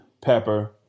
pepper